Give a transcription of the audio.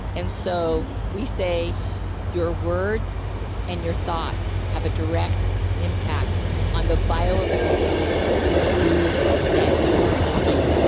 and so, we say your words and your thoughts have a direct impact on the bioavailability of the foods that you are eating.